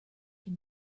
can